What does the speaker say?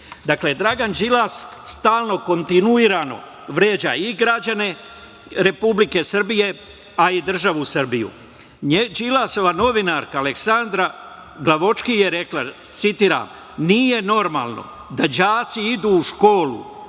Srbije. Dakle, Dragan Đilas stalno kontinuirano vređa i građane Republike Srbije, a i državu Srbiju. Đilasova novinarka Aleksandra Glavočki je rekla, citiram - Nije normalno da đaci idu u školu